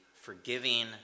forgiving